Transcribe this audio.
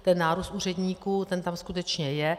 Ten nárůst úředníků tam skutečně je.